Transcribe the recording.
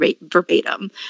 verbatim